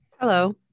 Hello